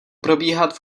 probíhat